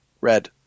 Red